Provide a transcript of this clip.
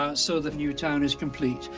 ah so the new town is complete.